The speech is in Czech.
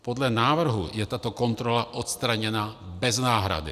Podle návrhu je tato kontrola odstraněna bez náhrady.